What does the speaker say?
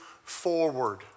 forward